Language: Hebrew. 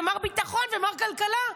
ומר ביטחון ומר כלכלה.